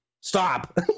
stop